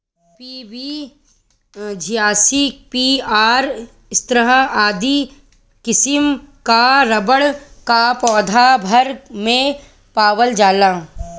PB छियासी, PR सत्रह आदि किसिम कअ रबड़ कअ पौधा भारत भर में पावल जाला